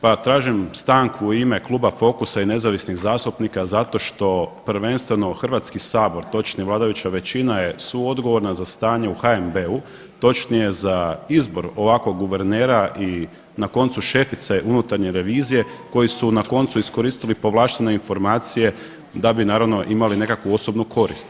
Pa tražim stanku u ime kluba Focusa i nezavisnih zastupnika zato što prvenstveno Hrvatski sabor, točnije vladajuća većina je suodgovorna za stanje u HNB-u, točnije za izbor ovakvog guvernera i na koncu šefice unutarnje revizije koji su na koncu iskoristili povlaštene informacije da bi naravno imali nekakvu osobnu korist.